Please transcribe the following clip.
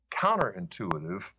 counterintuitive